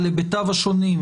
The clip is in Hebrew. על היבטיו השונים,